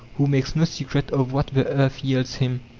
who makes no secret of what the earth yields him,